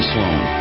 Sloan